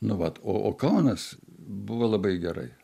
nu vat o o kaunas buvo labai gerai